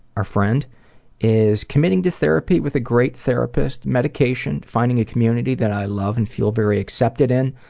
our friend is committing to therapy with a great therapist, medication, finding a community that i love and feel very accepted in,